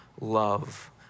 love